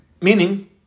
Meaning